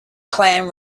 plan